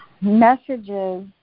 messages